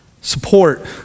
support